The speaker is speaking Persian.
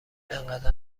انقدر